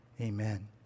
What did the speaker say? amen